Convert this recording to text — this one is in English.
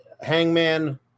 hangman